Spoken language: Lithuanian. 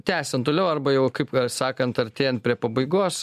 tęsiant toliau arba jau kaip sakant artėjant prie pabaigos